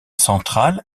centrales